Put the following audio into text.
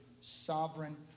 sovereign